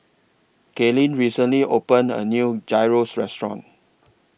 Kaylyn recently opened A New Gyros Restaurant